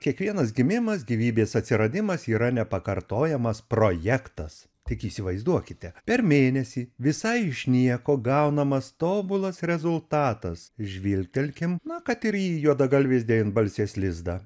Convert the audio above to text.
kiekvienas gimimas gyvybės atsiradimas yra nepakartojamas projektas tik įsivaizduokite per mėnesį visai iš nieko gaunamas tobulas rezultatas žvilgtelkim kad ir į juodagalvės devynbalsės lizdą